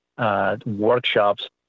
Workshops